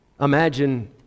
Imagine